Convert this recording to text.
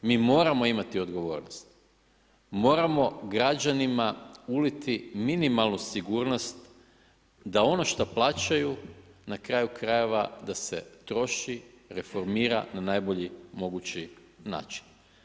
Mi moramo imati odgovornost, moramo građanima uliti minimalnu sigurnost da ono šta plaćaju, na kraju krajeva da se troši, reformira na najbolji mogući način.